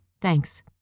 thanks